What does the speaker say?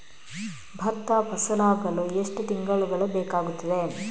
ಭತ್ತ ಫಸಲಾಗಳು ಎಷ್ಟು ತಿಂಗಳುಗಳು ಬೇಕಾಗುತ್ತದೆ?